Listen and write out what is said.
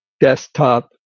desktop